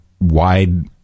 wide